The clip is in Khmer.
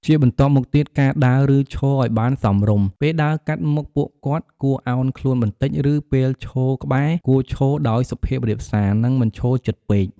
ជាបន្ទាប់មកទៀត ការដើរ ឬឈរឱ្យបានសមរម្យ ពេលដើរកាត់មុខពួកគាត់ គួរអោនខ្លួនបន្តិច ឬពេលឈរក្បែរ គួរឈរដោយសុភាពរាបសារ និងមិនឈរជិតពេក។